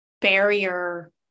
barrier